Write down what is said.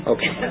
Okay